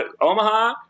Omaha